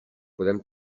podem